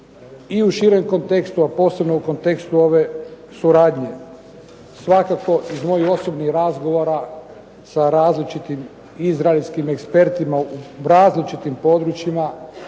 i u širem kontekstu,a posebno u kontekstu ove suradnje. Svakako iz mojih osobnih razgovora sa različitim izraelskim ekspertima u različitim područjima